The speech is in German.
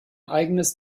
eigenes